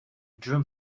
drum